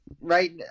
Right